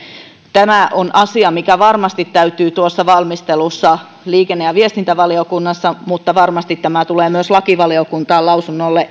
tämä on asia mikä varmasti täytyy erittäin tarkoin perätä tuossa valmistelussa liikenne ja viestintävaliokunnassa mutta varmasti tämä tulee myös lakivaliokuntaan lausunnolle